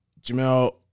Jamel